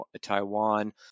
Taiwan